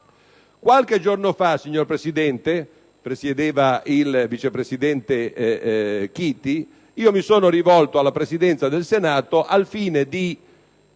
Qualche giorno fa, Presidente, presiedeva il vice presidente Chiti, mi sono rivolto alla Presidenza del Senato al fine di